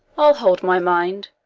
i'll hold my mind,